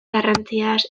garrantziaz